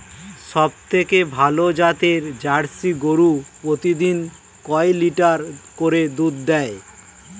সবথেকে ভালো জাতের জার্সি গরু প্রতিদিন কয় লিটার করে দুধ দেয়?